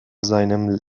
seinem